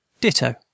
Ditto